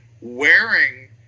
wearing